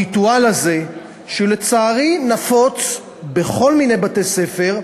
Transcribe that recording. הריטואל הזה, שלצערי נפוץ בכל מיני בתי-ספר,